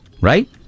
Right